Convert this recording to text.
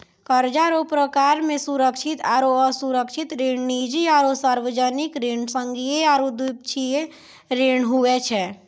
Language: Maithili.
कर्जा रो परकार मे सुरक्षित आरो असुरक्षित ऋण, निजी आरो सार्बजनिक ऋण, संघीय आरू द्विपक्षीय ऋण हुवै छै